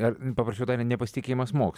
ar paprašiau dar ir nepasitikėjimas mokslu